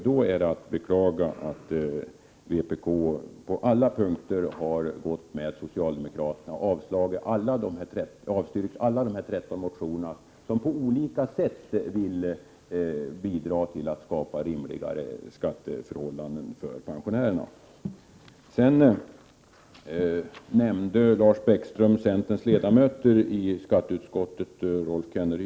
Det är då att beklaga att vpk på alla punkter har gått med på socialdemokraternas förslag och avstyrkt alla de 13 motioner i vilka man på olika sätt vill bidra till att skapa rimligare skatteförhållanden för pensionärerna. Lars Bäckström nämnde Rolf Kenneryd och Görel Thurdin, centerns ledamöter i skatteutskottet.